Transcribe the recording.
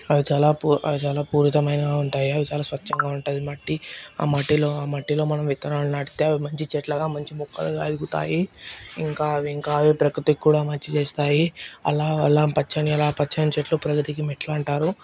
అవి చాలా పూ అవి చాలా పూరితమైనవి ఉంటాయి అవి చాలా స్వచ్చంగా ఉంటుంది మట్టి ఆ మట్టిలో ఆ మట్టిలో మనం విత్తనాలు నాటితే అవి మంచి చెట్లగా మంచి మొక్కలుగా ఎదుగుతాయి ఇంకా అవి ఇంకా అవి ప్రకృతికి కూడా మంచి చేస్తాయి అలా అలా పచ్చని అలా పచ్చని చెట్లు ప్రగతికి మెట్లు అంటారు